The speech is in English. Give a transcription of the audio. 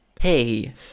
Hey